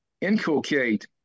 inculcate